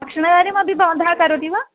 क्षणगारिमपि भवन्तः करोति वा